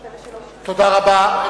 תודה רבה.